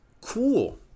cool